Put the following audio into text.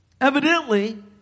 Evidently